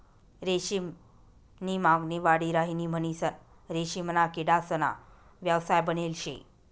रेशीम नी मागणी वाढी राहिनी म्हणीसन रेशीमना किडासना व्यवसाय बनेल शे